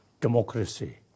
democracy